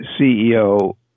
CEO